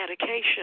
medication